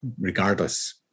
regardless